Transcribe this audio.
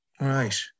Right